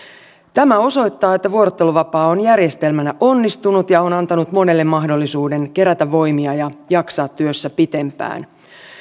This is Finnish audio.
tämä osoittaa että vuorotteluvapaa on järjestelmänä onnistunut ja on antanut monelle mahdollisuuden kerätä voimia ja jaksaa työssä pitempään